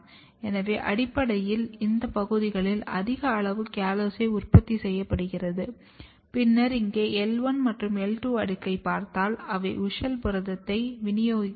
எனவே அடிப்படையில் இந்த பகுதியில் அதிக அளவு கலோஸை உற்பத்தி செய்யப்படுகிறது பின்னர் இங்கே L1 மற்றும் L2 அடுக்கைப் பார்த்தால் அவை WUSCHEL புரதத்தைப் விநியோகிக்கவில்லை